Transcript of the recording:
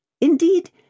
Indeed